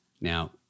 Now